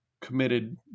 committed